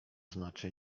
znaczy